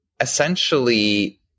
essentially